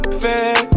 fed